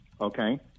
okay